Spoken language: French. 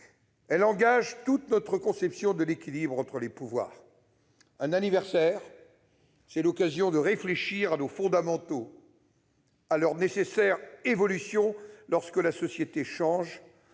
Elle engage toute notre conception de l'équilibre entre les pouvoirs. Un anniversaire, c'est l'occasion de réfléchir à nos fondamentaux, à leur nécessaire évolution lorsque la société change,